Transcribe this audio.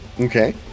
Okay